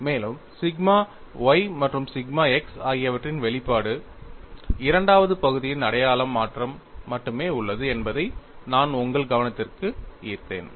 மேலும் sigma y மற்றும் sigma x ஆகியவற்றின் வெளிப்பாடு இரண்டாவது பகுதியின் அடையாளம் மாற்றம் மட்டுமே உள்ளது என்பதை நான் உங்கள் கவனத்திற்கு ஈர்த்தேன்